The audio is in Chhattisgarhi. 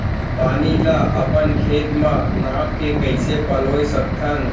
पानी ला अपन खेत म नाप के कइसे पलोय सकथन?